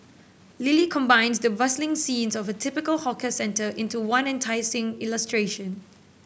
Lily combines the bustling scenes of a typical hawker centre into one enticing illustration